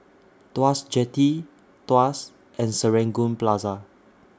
Tuas Jetty Tuas and Serangoon Plaza